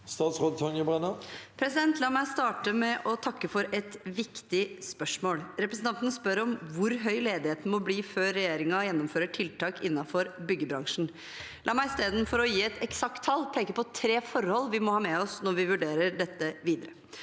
Statsråd Tonje Brenna La meg starte med å takke for et viktig spørsmål. Representanten spør om hvor høy ledigheten må bli før regjeringen gjennomfører tiltak innenfor byggebransjen. La meg – istedenfor å gi et eksakt tall – peke på tre forhold vi må ha med oss når vi vurderer dette videre.